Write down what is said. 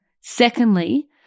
Secondly